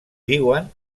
viuen